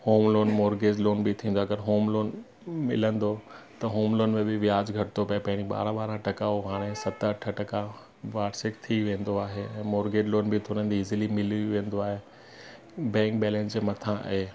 home loan mortgage loan बि थींदो अ अगरि होम लोन मिलंदो त होम लोन में बि ब्याज घटि थो पए पहिरीं ॿारहं ॿारहं टका हुयो हाणे सत अठ टका वार्षिक थी वेंदो आहे ऐं मोरगेज लोन बि तुरंत इजिली मिली वेंदो आए बैंक बैलेंस जे मथां आहे